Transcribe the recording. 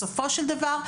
בסופו של דבר,